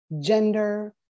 gender